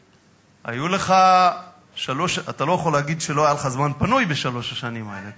אתה לא יכול להגיד שלא היה לך זמן פנוי בשלוש השנים האלה,